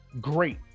great